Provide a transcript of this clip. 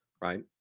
right